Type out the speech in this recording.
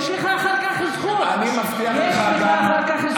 יש לך אחר כך זכות, יש לך אחר כך זכות.